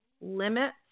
limits